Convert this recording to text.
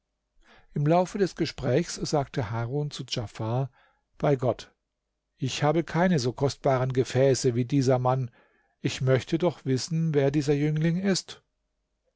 im laufe des gesprächs sage harun zu djafar bei gott ich habe keine so kostbaren gefäße wie dieser mann ich möchte doch wissen wer dieser jüngling ist